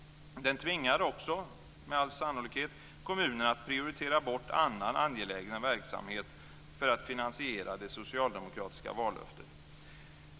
Den tvingar också med all sannolikhet kommunerna att prioritera bort annan angelägen verksamhet för att finansiera det socialdemokratiska vallöftet.